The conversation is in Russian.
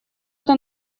это